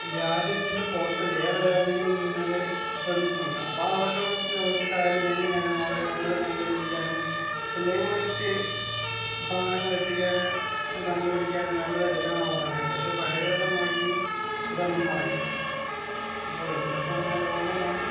രാജ്യത്തിന് പുറത്ത് നിന്ന് വേറെ രാജ്യങ്ങളിൽ നിന്ന് തന്നെ ഫ്രണ്ട്സുണ്ട് അപ്പോൾ അവരുടടുത്ത് ചോദിച്ചിട്ടായാലും എങ്ങനെ ആയാലും അവര് വേണ്ടത് കണ്ട് പിടിക്കാനും ഇല്ലെങ്കി മറ്റ് സാധനങ്ങളിലെത്തിക്കാന് അത് കണ്ടുപിടിക്കാനും വേണ്ടാതെടുക്കാനും അവർക്കറിയാം പക്ഷെ പഴയ തലമുറക്ക് ഇതൊന്നും അറിയില്ല ഇപ്പം വ്യത്യസ്തമായ ലോകമാണ്